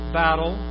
battle